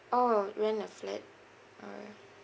orh rent a flat or